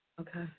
Okay